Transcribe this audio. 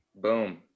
Boom